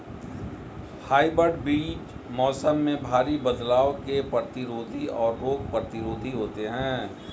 hybrid बीज मौसम में भारी बदलाव के प्रतिरोधी और रोग प्रतिरोधी होते हैं